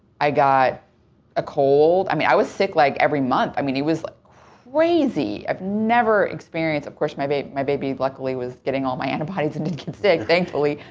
i got a cold. i mean, i was sick, like, every month. i mean, it was like crazy. i've never experienced. of course, my baby my baby luckily was getting all my antibodies and didn't get sick, thankfully.